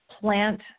plant